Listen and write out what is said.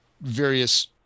various